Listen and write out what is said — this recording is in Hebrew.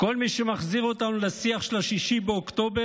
כל מי שמחזיר אותנו לשיח של השישה באוקטובר